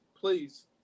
Please